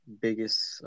biggest